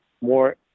more